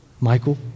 Michael